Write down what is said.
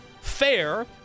fair